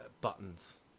buttons